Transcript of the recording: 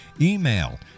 Email